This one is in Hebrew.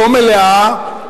לא מלאה,